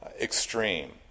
extreme